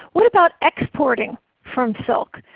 what about exporting from silk?